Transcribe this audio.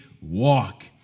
walk